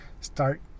start